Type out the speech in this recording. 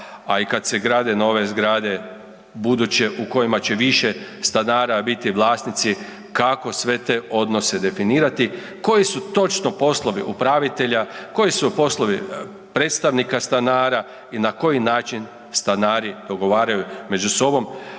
a i kad se grade nove zgrade buduće u kojima će više stanara biti vlasnici, kako sve te odnose definirati, koji su točno poslovi upravitelja, koji su poslovi predstavnika stanara i na koji način stanari dogovaraju među sobom